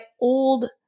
old